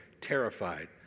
terrified